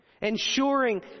Ensuring